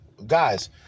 Guys